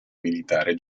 militare